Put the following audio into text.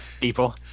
people